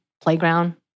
Playground